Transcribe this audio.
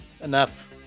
enough